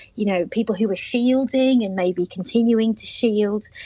you know people who were shielding and maybe continuing to shield,